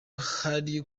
hari